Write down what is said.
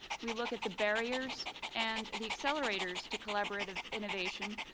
we look at the barriers and the accelerators to collaborative innovation,